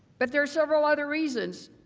but there are several other reasons.